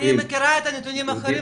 אני מכירה נתונים אחרים,